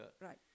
Right